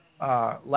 Last